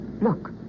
Look